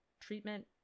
treatment